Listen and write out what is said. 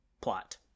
plot